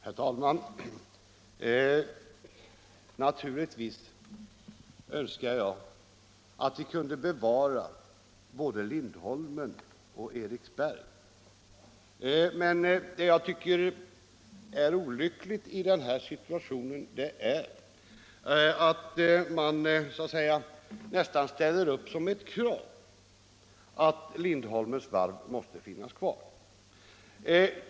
Herr talman! Naturligtvis önskar jag att vi kunde bevara både Lindholmen och Eriksberg, men det jag tycker är olyckligt i den här situationen är att man ställer upp som ett krav att Lindholmens varv måste finnas kvar.